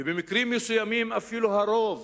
ובמקרים מסוימים אפילו הרוב